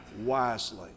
wisely